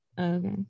Okay